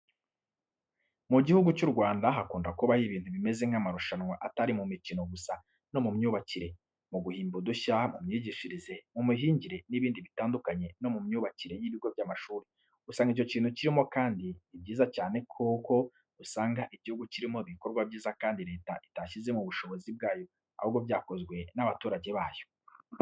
Mu gihugu cy'u Rwanda hakunda kubamo ibintu bimeze nk'amarushanwa atari mu mikino gusa no mu myubakire, mu guhimba udushya, mu myigishirize, mu mihingire n'ibindi bitandukanye no mu myubakire y'ibigo by'amashuri, usanga icyo kintu kirimo kandi ni byiza cyane kuko usanga igihugu kirimo ibikorwa byiza kandi Leta itashyizemo ubushobozi bwayo ahubwo byakozwe n'abaturage bayo.